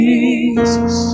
Jesus